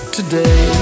Today